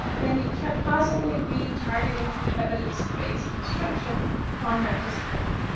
then you can't possibly be targeting evidence-based instruction on that disability.